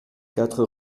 quatre